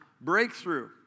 breakthrough